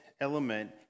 element